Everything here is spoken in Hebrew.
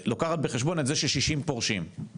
שלוקחת בחשבון שכ-60 פורשים?